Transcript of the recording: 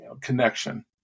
connection